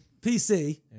PC